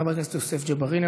חבר הכנסת יוסף ג'בארין,